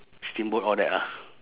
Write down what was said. steamboat all that ah